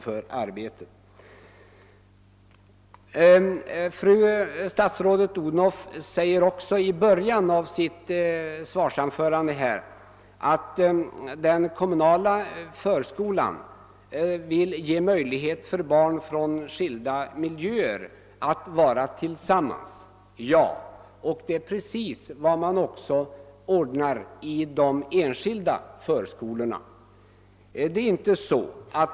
Fru statsrådet sade i början av sitt anförande, att den kommunala förskolan vill ge möjlighet för barn från skilda miljöer att vara tillsammans. Det är precis vad man också ordnar i de enskilda förskolorna.